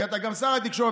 כי אתה גם שר התקשורת,